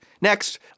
Next